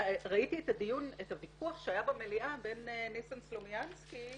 ראיתי את הוויכוח שהיה במליאה בין ניסן סלומינסקי,